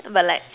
but like